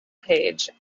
page